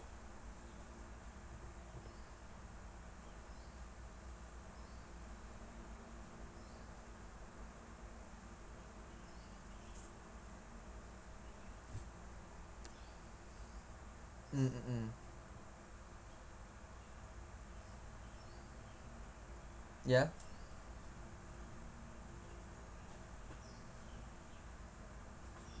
mm mm mm ya